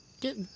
Get